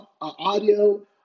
audio